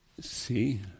See